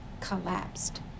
collapsed